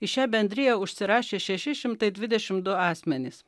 į šią bendriją užsirašė šeši šimtai didešim du asmenys